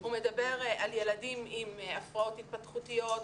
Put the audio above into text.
הוא מדבר על ילדים עם הפרעות התפתחותיות,